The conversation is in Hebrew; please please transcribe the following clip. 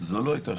זו לא הייתה השאלה.